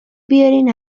بیارین